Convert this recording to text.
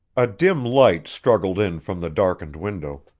a dim light struggled in from the darkened window,